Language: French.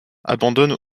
abandonne